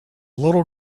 little